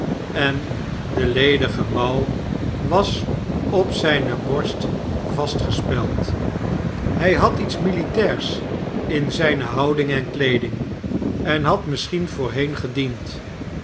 en de ledige mouw was op zijne borst vastgespekl hij had iets militairs in zijne houding en kleeding en had misschien voorheen gediend